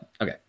okay